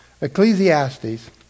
Ecclesiastes